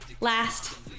Last